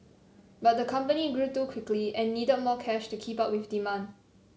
but the company grew too quickly and needed more cash to keep up with demand